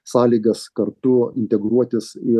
sąlygas kartu integruotis į